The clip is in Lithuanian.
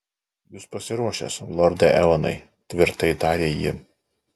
jūs pasiruošęs lorde eonai tvirtai tarė ji